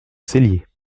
cellier